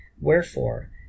Wherefore